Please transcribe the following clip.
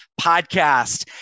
Podcast